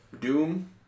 Doom